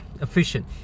efficient